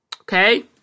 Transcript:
Okay